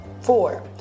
four